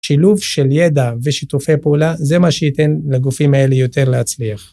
שילוב של ידע ושיתופי פעולה, זה מה שייתן לגופים האלה יותר להצליח.